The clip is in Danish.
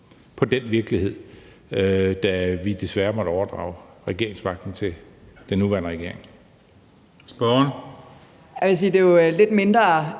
på den virkelighed, da vi desværre måtte overdrage regeringsmagten til den nuværende regering.